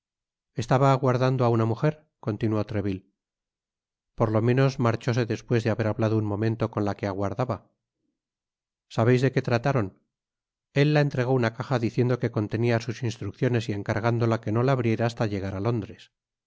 estaba aguardando á una muger continuó treville por lo menos marchóse despues de haber hablado un momento con la que aguardaba sabeis de que trataron él la entregó una caja diciendo que contenia sus instrucciones y encargándola que no la abriera hasta llegar á londres